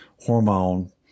hormone